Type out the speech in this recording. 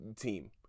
team